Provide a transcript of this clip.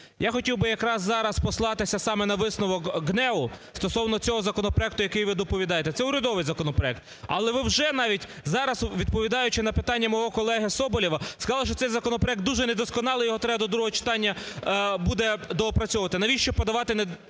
Я хотів би якраз зараз послатися саме на висновок ГНЕУ стосовно цього законопроекту, який ви доповідаєте. Це урядовий законопроект. Але ви вже навіть зараз, відповідаючи на питання мого колеги Соболєва, сказали, що цей законопроект дуже недосконалий і його треба до другого читання буде доопрацьовувати. Навіщо подавати недолугі